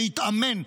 להתאמן,